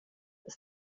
ist